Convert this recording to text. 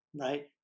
right